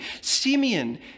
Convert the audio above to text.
Simeon